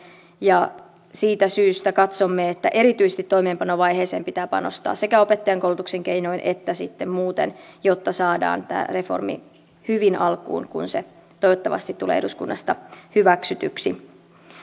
ja siitä syystä katsomme että erityisesti toimeenpanovaiheeseen pitää panostaa sekä opettajankoulutuksen keinoin että sitten muuten jotta saadaan tämä reformi hyvin alkuun kun se toivottavasti tulee eduskunnasta hyväksytyksi